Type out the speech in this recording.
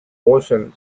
eocene